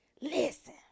Listen